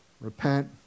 repent